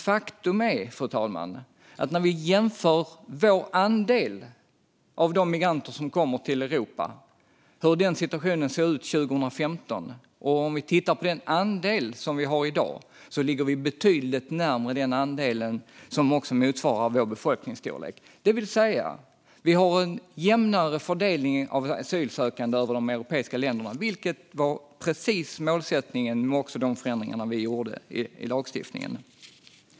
Faktum är, fru talman, att när vi jämför vår andel av de migranter som kom till Europa 2015 och den andel som finns i dag ligger vi betydligt närmare den andel som också motsvarar vår befolkningsstorlek. Det sker en jämnare fördelning av asylsökande över de europeiska länderna, vilket var målet med de förändringar som gjordes i lagstiftningen.